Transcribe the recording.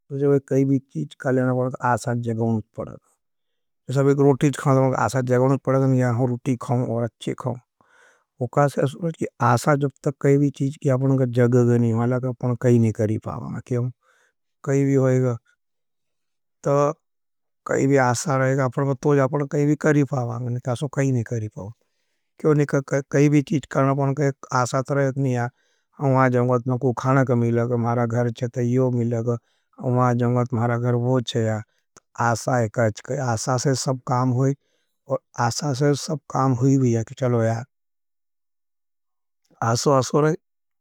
तो जब एक कई भी चीज करना पड़ा, आसाद जगवनुच पड़ा था। एसाब एक रोटी चीज करना पड़ा, आसाद जगवनुच पड़ा था। नहीं है, हम रोटी कहम और अच्छे कहम। अपना मन में कैवी निरासाजर आई जाएगा। तापन फिर कहा कर यार यो काम तो होई गन यार निरासाजर भार चे यार अपनों भाई। कैवी काम करना से पहले आपना का निरासाजर आई गए कि यार तो होई गन यार तो फिर वो होई गन यार सो होई जाएगा।